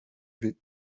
vais